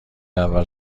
اول